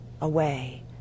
away